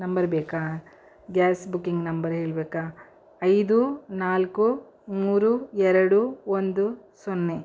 number ಬೇಕಾ gas booking number ಹೇಳಬೇಕಾ ಐದು ನಾಲ್ಕು ಮೂರು ಎರಡು ಒಂದು ಸೊನ್ನೆ